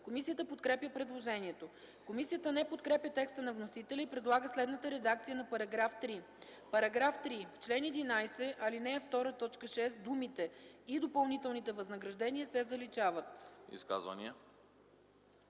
Комисията подкрепя предложението. Комисията не подкрепя текста на вносителя и предлага следната редакция на § 3: „§ 3. В чл. 11, ал. 2, т. 6 думите „и допълнителните възнаграждения” се заличават.”